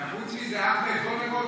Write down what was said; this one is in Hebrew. חברי הכנסת.